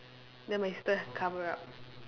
then my sister cover up